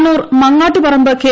Kannur Mangattuparamba K